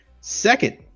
second